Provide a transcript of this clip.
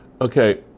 Okay